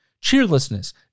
cheerlessness